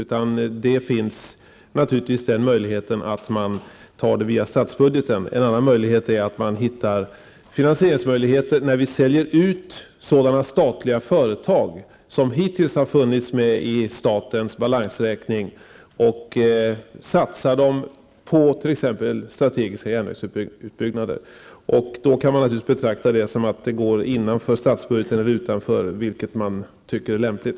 En möjlighet är naturligtvis att ta det via statsbudgeten. En annan möjlighet är att finansiera detta genom att säla ut sådana statliga företag som hittills funnits med i statens balansräkning och att satsa pengarna på t.ex. Då kan man naturligtvis betrakta detta som att det går innanför statsbudgeten eller utanför, vilket man tycker är lämpligt.